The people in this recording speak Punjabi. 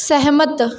ਸਹਿਮਤ